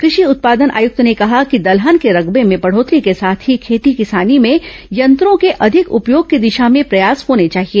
कृषि उत्पादन आयुक्त ने कहा कि दलहन के रकबे में बढ़ोत्तरी के साथ ही खेती किसानी में यंत्रो के अधिक उपयोग की दिशा में भी प्रयास होने चाहिए